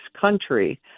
country